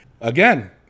again